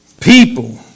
people